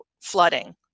flooding